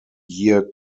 year